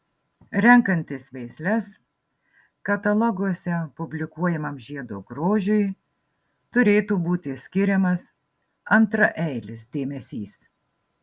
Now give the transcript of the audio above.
renkantis veisles kataloguose publikuojamam žiedo grožiui turėtų būti skiriamas antraeilis dėmesys